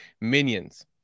minions